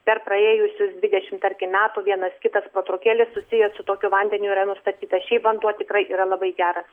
per praėjusius dvidešim tarkim metų vienas kitas protrūkėlis susijęs su tokiu vandeniu yra nustatytas šiaip vanduo tikrai yra labai geras